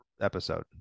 episode